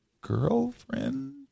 girlfriend